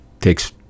takes